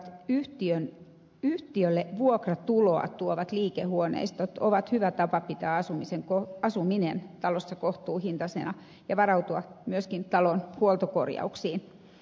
asuntoyhtiöissä olevat yhtiölle vuokratuloa tuovat liikehuoneistot ovat hyvä tapa pitää asuminen talossa kohtuuhintaisena ja varautua myöskin talon huoltokorjauksiin